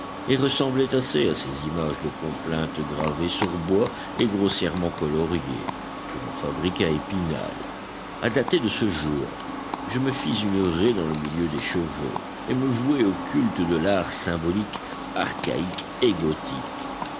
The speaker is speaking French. et ressemblait assez à ces images de complaintes gravées sur bois et grossièrement coloriées que l'on fabrique à épinal à dater de ce jour je me fis une raie dans le milieu des cheveux et me vouai au culte de l'art symbolique archaïque